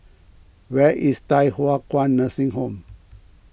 where is Thye Hua Kwan Nursing Home